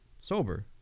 sober